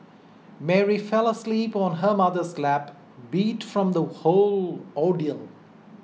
Mary fell asleep on her mother's lap beat from the whole ordeal